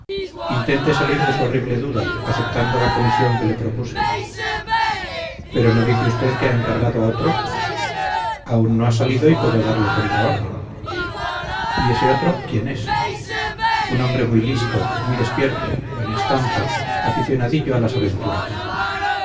intente salir de su horrible duda aceptando la comisión que le propuse pero no dice usted que ha encargado a otro aún no ha salido y puedo darle contraorden y ese otro quién es un hombre muy listo muy despierto buena estampa aficionadillo a las aventuras